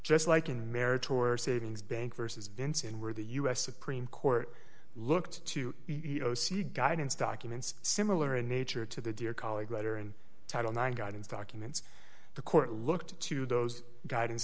just like in marriage or savings bank versus vinson where the u s supreme court looked to see guidance documents similar in nature to the dear colleague letter and title nine guidance documents the court looked to those guidance